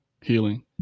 healing